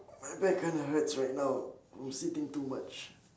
my back kind of hurts right now I'm sitting too much